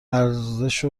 ارزوش